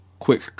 quick